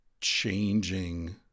changing